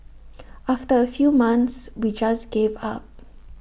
after A few months we just gave up